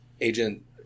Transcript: Agent